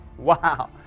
Wow